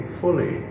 fully